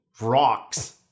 rocks